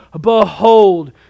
behold